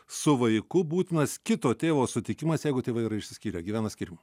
su vaiku būtinas kito tėvo sutikimas jeigu tėvai yra išsiskyrę gyvena skyrium